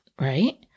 right